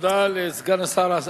תודה לסגן השר.